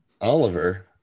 Oliver